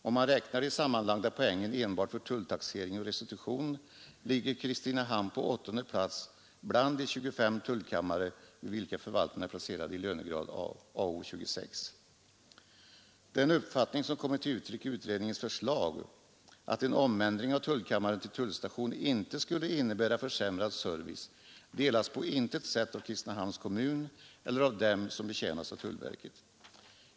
Om man räknar de sammanlagda poängen enbart för tulltaxering och restitution ligger Kristinehamn på åttonde plats bland de 25 tullkammare vid vilka förvaltarna är placerade i lönegrad Ao 26. Den uppfattning som kommit till uttryck i utredningens förslag att en omändring av tullkammaren till tullstation inte skulle innebära försämrad service delas på intet sätt av Kristinehamns kommun eller av dem som betjänas av tullverket.